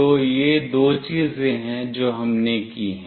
तो ये दो चीजें हैं जो हमने की हैं